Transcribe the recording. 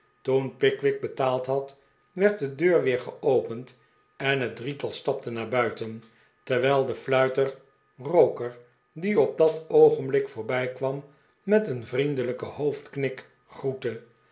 toen pickwick betaald had werd de deur weer geopend en het drietal stapte naar buiten terwijl de fluiter roker die op dat oogenblik voorbijkwam met een vriendelijken hoofdknik groette